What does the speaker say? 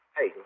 Hey